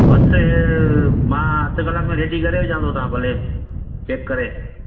बसि मां अधि कलाकु में रेडी करे विझा थो तव्हां भले पैक करे